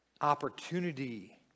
opportunity